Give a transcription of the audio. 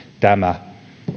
tämä